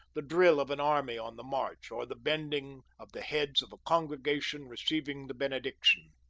the drill of an army on the march, or the bending of the heads of a congregation receiving the benediction.